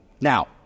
now